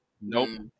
Nope